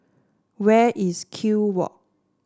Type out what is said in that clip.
where is Kew Walk